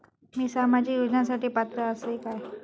मी सामाजिक योजनांसाठी पात्र असय काय?